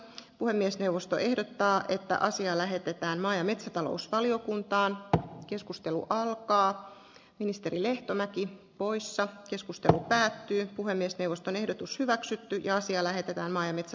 puhemiesneuvosto ehdottaa että asia lähetetään maa ja metsätalousvaliokuntaan keskustelu kannattaa ministeri lehtomäki poissa keskustelu päättyi puhemiesneuvoston ehdotus hyväksytty ja asia lähetetään mainitse